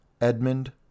Edmund